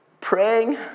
praying